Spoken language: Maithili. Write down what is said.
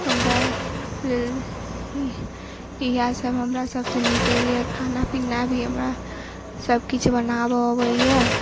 हमरा इहाँ सब हमरा सबसे नीक लगैया खाना पीना भी हमरा सबकिछु बनाबऽ आबैया